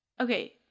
Okay